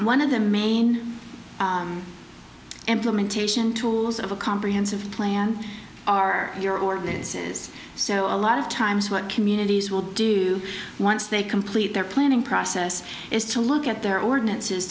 one of the main implementation tools of a comprehensive plan are your ordinances so a lot of times what communities will do once they complete their planning process is to look at their ordinance